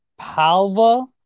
Palva